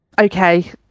okay